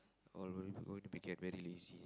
be get very lazy